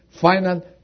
final